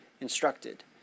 instructed